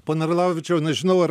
pone orlavičiau nežinau ar